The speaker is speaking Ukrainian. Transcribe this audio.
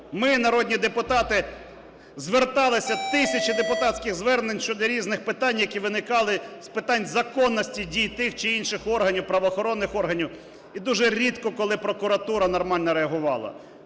Ми, народні депутати, зверталися, тисячі депутатських звернень щодо різних питань, які виникали з питань законності дій тих чи інших органів, правоохоронних органів, і дуже рідко, коли прокуратура нормально реагувала.